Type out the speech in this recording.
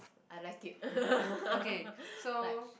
I like it like